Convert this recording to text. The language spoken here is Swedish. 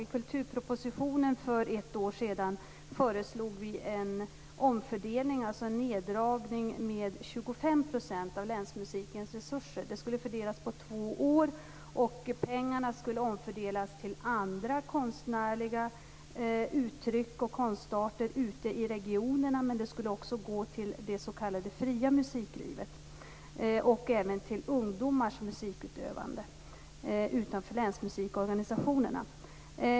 I kulturpropositionen för ett år sedan har vi föreslagit en omfördelning - en neddragning med 25 % av Pengarna skulle omfördelas till andra konstnärliga uttrycksformer och konstarter ute i regionerna, men pengar skulle också gå till det s.k. fria musiklivet och till ungdomars musikutövande utanför länsmusiksorganisationerna.